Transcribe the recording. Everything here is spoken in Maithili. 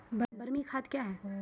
बरमी खाद कया हैं?